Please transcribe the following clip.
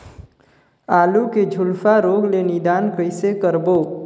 आलू के झुलसा रोग ले निदान कइसे करबो?